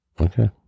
okay